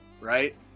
right